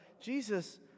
Jesus